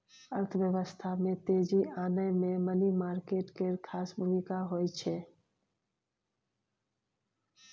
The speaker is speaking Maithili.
अर्थव्यवस्था में तेजी आनय मे मनी मार्केट केर खास भूमिका होइ छै